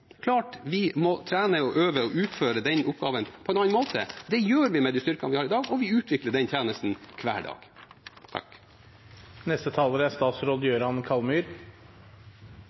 klart vi da må trene og øve og utføre den oppgaven på en annen måte. Det gjør vi med de styrkene vi har i dag, og vi utvikler den tjenesten hver dag. Svaret på en debatt er